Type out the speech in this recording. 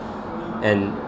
and